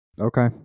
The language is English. Okay